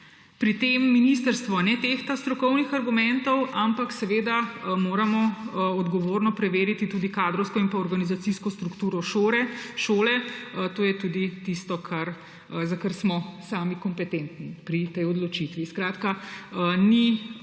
Pri tem ministrstvo ne tehta strokovnih argumentov, ampak seveda moramo odgovorno preveriti tudi kadrovsko in organizacijsko strukturo šole. To je tudi tisto, za kar smo sami kompetentni pri tej odločitvi. Skratka, ni naša